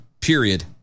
Period